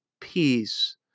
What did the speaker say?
peace